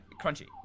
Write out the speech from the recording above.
crunchy